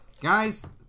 Guys